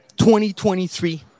2023